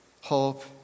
hope